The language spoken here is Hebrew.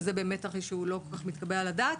שזה באמת תרחיש שהוא לא כל כך מתקבל על הדעת.